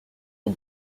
aux